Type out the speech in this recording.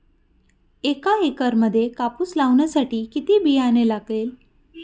एका एकरामध्ये कापूस लावण्यासाठी किती बियाणे लागेल?